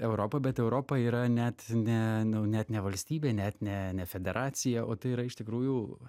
europą bet europa yra net ne net ne valstybė net ne federacija o tai yra iš tikrųjų